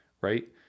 Right